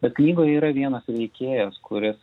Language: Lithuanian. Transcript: bet knygoje yra vienas veikėjas kuris